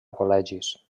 col·legis